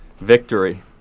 victory